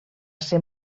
ser